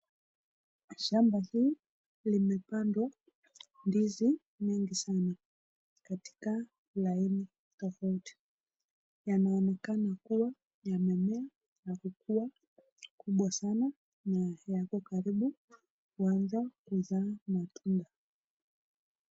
Shamba hii limepandwa ndizi mingi sana katika laini tofauti. Yanaonekana kuwa yameemea na kukuwa kubwa sana na yako karibu kuanza kuzaa matunda.